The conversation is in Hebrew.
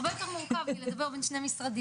הרבה יותר מורכב מלדבר בין שני משרדים.